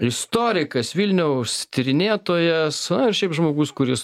istorikas vilniaus tyrinėtojas šiaip žmogus kuris